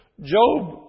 Job